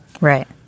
Right